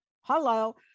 Hello